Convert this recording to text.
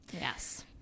Yes